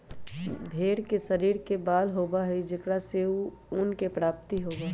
भेंड़ के शरीर पर बाल होबा हई जेकरा से ऊन के प्राप्ति होबा हई